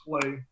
play